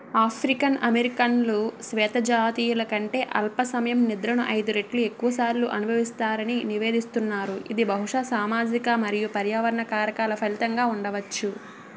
African అమెరికన్లు శ్వేతజాతీయుల కంటే అల్ప సమయం నిద్రను ఐదు రెట్లు ఎక్కువ సార్లు అనుభవిస్తారని నివేదిస్తున్నారు ఇది బహుశా సామాజిక మరియు పర్యావరణ కారకాల ఫలితంగా ఉండవచ్చు